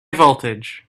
voltage